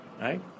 Right